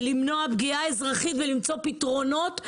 למנוע פגיעה אזרחית וכדי למצוא פתרונות,